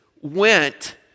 went